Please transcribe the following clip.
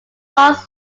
loss